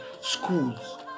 Schools